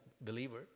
believer